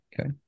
Okay